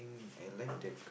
I like that